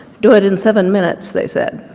do it in seven minutes they said.